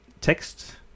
text